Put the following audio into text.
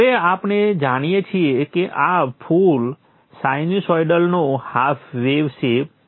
હવે આપણે જાણીએ છીએ કે આ ફુલ સાઇનસૉઇડનો હાફ વેવ શેપ છે